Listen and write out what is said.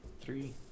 three